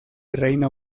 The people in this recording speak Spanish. reino